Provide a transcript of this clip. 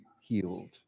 healed